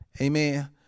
Amen